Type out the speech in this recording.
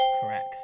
Correct